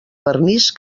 vernís